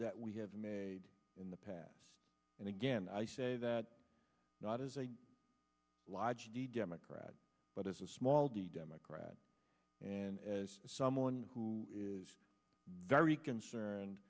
that we have made in the past and again i say that not as a large democrat but as a small d democrat and as someone who is very concerned